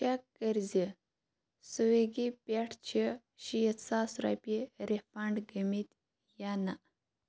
check کٔرۍزِ سُوِگی پٮ۪ٹھ چھِ شیٖتھ ساس رۄپیہِ رِفنٛڈ گٲمٕتۍ یا نہَ